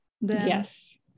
Yes